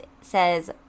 says